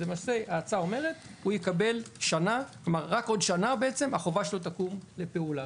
ההצעה אומרת שרק עוד שנה החובה שלו תקום לפעולה.